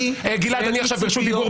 אין לי ציפיות --- אני עכשיו ברשות דיבור.